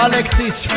Alexis